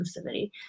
inclusivity